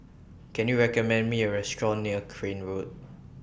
Can YOU recommend Me A Restaurant near Crane Road